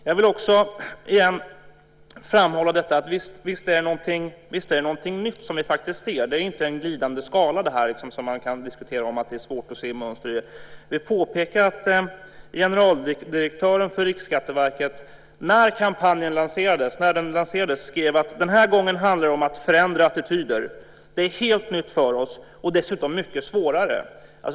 Jag vill också återigen framhålla detta att det visst är någonting nytt som vi ser. Det är inte en glidande skala, där man kan diskutera att det är svårt att se mönster. Vi påpekar att generaldirektören för Riksskatteverket när kampanjen lanserades skrev: Den här gången handlar det om att förändra attityder. Det är helt nytt för oss och dessutom mycket svårare.